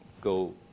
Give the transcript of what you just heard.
go